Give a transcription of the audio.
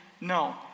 no